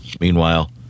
Meanwhile